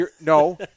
No